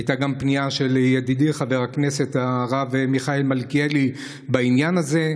הייתה גם פנייה של ידידי חבר הכנסת הרב מיכאל מלכיאלי בעניין הזה.